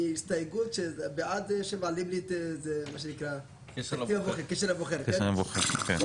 הישיבה ננעלה בשעה 10:31.